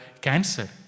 cancer